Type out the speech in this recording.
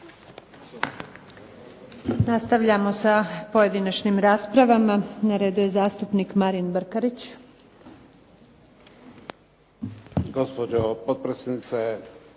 Nastavljamo sa pojedinačnim raspravama. Na redu je zastupnik Marin Brkarić.